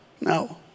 No